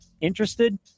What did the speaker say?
Interested